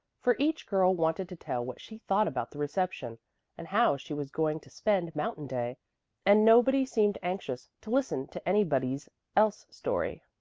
for each girl wanted to tell what she thought about the reception and how she was going to spend mountain day and nobody seemed anxious to listen to anybody's else story.